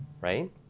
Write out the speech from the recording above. Right